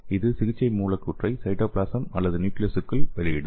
இது சிகிச்சை மூலக்கூறை சைட்டோபிளாசம் அல்லது நியூக்லியசுக்குள் வெளியிடும்